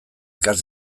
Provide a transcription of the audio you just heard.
ikas